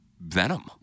venom